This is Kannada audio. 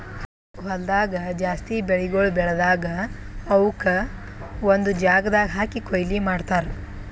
ಹೊಲ್ದಾಗ್ ಜಾಸ್ತಿ ಬೆಳಿಗೊಳ್ ಬೆಳದಾಗ್ ಅವುಕ್ ಒಂದು ಜಾಗದಾಗ್ ಹಾಕಿ ಕೊಯ್ಲಿ ಮಾಡ್ತಾರ್